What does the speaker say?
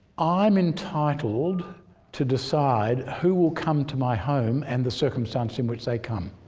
i'm entitled to decide who will come to my home and the circumstance in which they come,